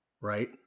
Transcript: right